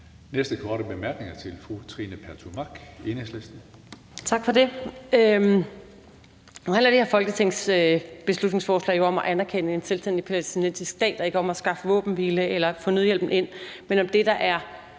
Næste korte bemærkning er til fru Trine Pertou Mach, Enhedslisten. Kl. 20:21 Trine Pertou Mach (EL): Tak for det. Nu handler de her folketingsbeslutningsforslag jo om at anerkende en selvstændig palæstinensisk stat og ikke om at skaffe våbenhvile eller at få nødhjælpen ind. De handler om det, der er